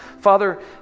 Father